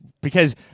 Because-